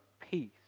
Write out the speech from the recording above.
peace